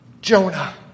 Jonah